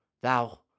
thou